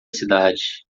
cidade